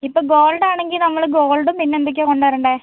ഇപ്പോൾ ഗോൾഡ് ആണെങ്കിൽ നമ്മൾ ഗോൾഡും പിന്നെ എന്തൊക്കെയാണ് കൊണ്ടുവരേണ്ടത്